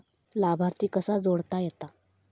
लाभार्थी कसा जोडता येता?